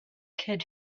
kid